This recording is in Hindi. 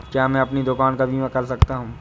क्या मैं अपनी दुकान का बीमा कर सकता हूँ?